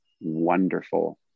wonderful